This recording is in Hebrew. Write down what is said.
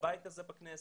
בבית הזה בכנסת.